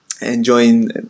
enjoying